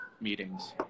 meetings